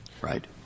Right